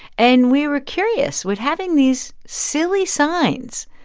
and we were curious. would having these silly signs